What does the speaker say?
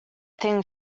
thing